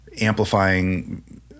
amplifying